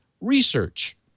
research